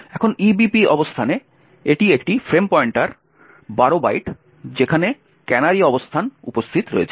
এখন EBP অবস্থানে এটি একটি ফ্রেম পয়েন্টার 12 বাইট যেখানে ক্যানারি অবস্থান উপস্থিত রয়েছে